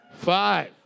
Five